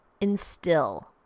instill